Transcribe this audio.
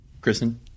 Kristen